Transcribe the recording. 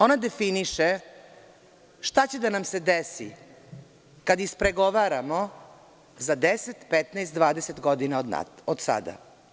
Ona definiše šta će da nam se desi kada ispregovaramo za deset, 15 ili 20 godina od sada.